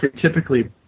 typically